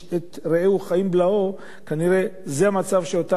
כנראה זה מצב שאותם קיצוניים גורמים לו.